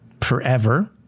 forever